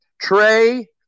Trey